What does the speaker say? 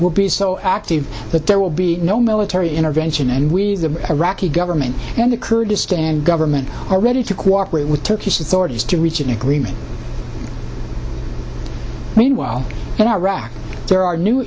will be so active that there will be no military intervention and with the iraqi government and the kurdistan government are ready to cooperate with turkish authorities to reach an agreement meanwhile in iraq there are new